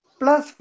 plus